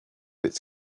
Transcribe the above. its